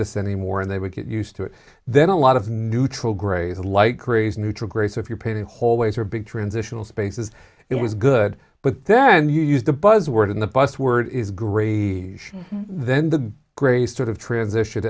this anymore and they would get used to it then a lot of neutral gray like crazy neutral gray so if you're painting hallways or big transitional spaces it was good but then you use the buzz word in the bus word is great then the gray sort of transition